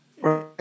Right